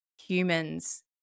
humans